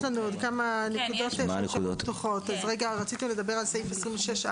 יש לנו עוד כמה נקודות פתוחות רציתם לדבר על סעיף 26א?